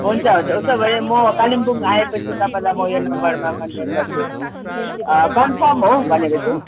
हुन्छ हुन्छ उसो भए म कालिम्पोङ आएपछि तपाईँलाई म यो नम्बरमा कन्ट्याक्ट गर्छु कन्फर्म हो भनेपछि